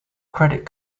credit